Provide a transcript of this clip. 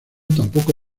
tampoco